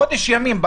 חודש ימים.